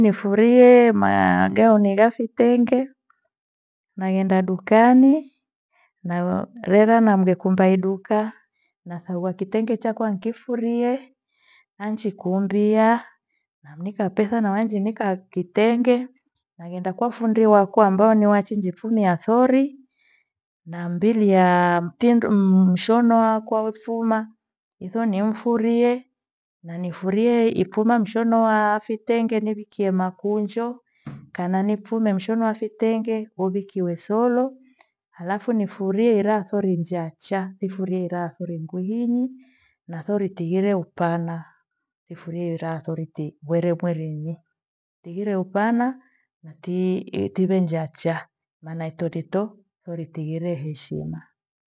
Nifurie magauni ghafitenge. Naghenda dukani na- rera na mghekumba iduka. Nasaghua kitenge chakwa nkifurie anjikumbiya namnika pesa na we anjinika kitenge naghenda kwa fundi wakwa ambaye ni wa achinjifumiya sori. Nambiliya mtindo mmh- shono wakwa wefuma. Hitho nimfurie na nifurie ifuma mshono wa vitenge nevikia makunjo kana nifume mshono wa vitenge huvikiwe solo. Halfu nifurie eraha sori njacha nifurie tha sori ngwihinyi na sori tigire upana. Nifurie ira sori tiwere mwiri tiwire upana na ti- tive njacha maana sori itho tigire heshima.